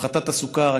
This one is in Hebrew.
הפחתת הסוכר,